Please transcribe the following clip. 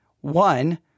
one